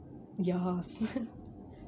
your house